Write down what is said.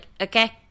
okay